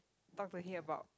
talk to him about